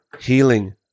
healing